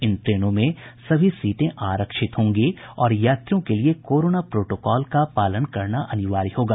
इन ट्रेनों में सभी सीटें आरक्षित होंगी और यात्रियों के लिये कोरोना प्रोटोकॉल का पालन अनिवार्य होगा